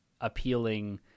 appealing